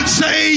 say